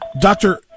Doctor